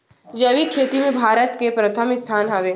जैविक खेती मा भारत के परथम स्थान हवे